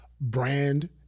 brand